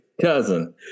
cousin